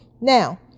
Now